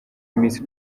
miss